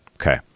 Okay